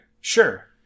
Sure